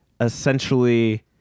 essentially